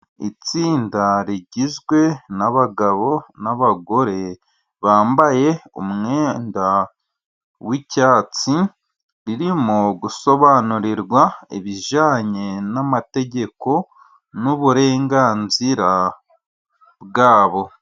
Itsinda rigizwe n'abagabo n'abagore bambaye umwenda w'icyatsi. Ririmo gusobanurirwa ibijyanye n'amategeko n'uburenganzira bwabo.